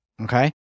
Okay